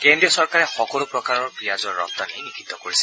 কেন্দ্ৰীয় চৰকাৰে সকলো প্ৰকাৰৰ পিঁয়াজৰ ৰপ্তানী নিষিদ্ধ কৰিছে